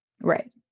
right